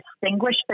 distinguish